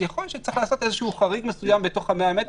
יכול להיות שצריך לעשות איזשהו חריג מסוים בתוך ה-100 מטר,